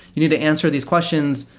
you need to answer these questions,